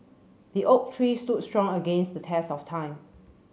the oak tree stood strong against the test of time